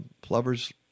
Plover's